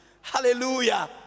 hallelujah